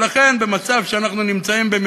אדוני, ובהתאם ליכולת של אותה